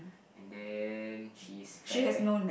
and then she's fair